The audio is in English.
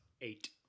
Eight